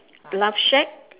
love shack